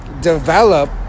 develop